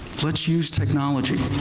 let's use technology.